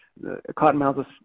Cottonmouths